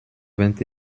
vingt